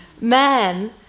man